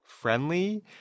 friendly